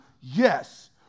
yes